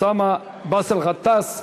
באסל גטאס,